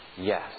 yes